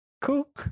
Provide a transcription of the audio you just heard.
cool